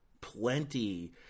plenty